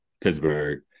Pittsburgh